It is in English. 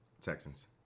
Texans